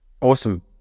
Awesome